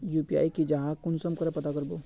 UPI की जाहा कुंसम करे पता करबो?